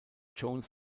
jones